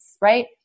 right